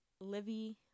Livy